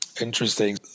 Interesting